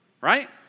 right